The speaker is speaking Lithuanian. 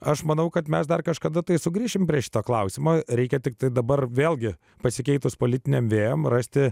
aš manau kad mes dar kažkada tai sugrįšime prie šitą klausimą reikia tiktai dabar vėlgi pasikeitus politiniam vėjams rasti